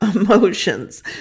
emotions